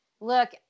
look